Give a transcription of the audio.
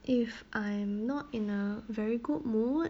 if I'm not in a very good mood